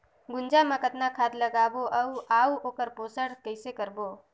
गुनजा मा कतना खाद लगाबो अउ आऊ ओकर पोषण कइसे करबो?